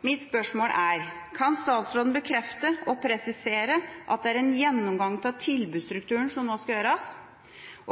Mitt spørsmål er: Kan statsråden bekrefte – og presisere – at det er en gjennomgang av tilbudsstrukturen som nå skal gjøres?